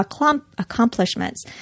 accomplishments